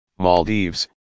Maldives